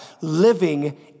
living